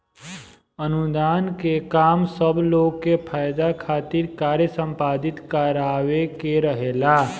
अनुदान के काम सब लोग के फायदा खातिर कार्य संपादित करावे के रहेला